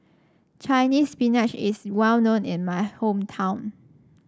Chinese Spinach is well known in my hometown